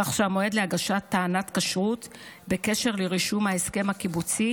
כך שהמועד להגשת טענת כשרות בקשר לרישום ההסכם הקיבוצי